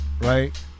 Right